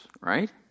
Right